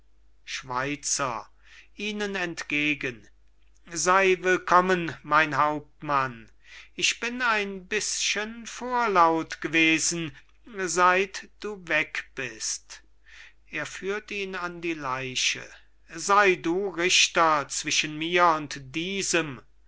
schweizer ihnen entgegen sey willkommen mein hauptmann ich bin ein bischen vorlaut gewesen seit du weg bist er führt ihn an die leiche sey du richter zwischen mir und diesem